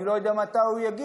אני לא יודע מתי הוא יגיע,